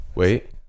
wait